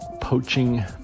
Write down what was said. poaching